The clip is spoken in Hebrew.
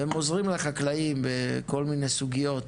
והם עוזרים לחקלאים בכל מיני סוגיות.